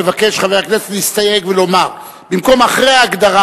מבקש חבר הכנסת להסתייג ולומר: במקום אחרי ההגדרה,